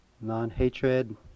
non-hatred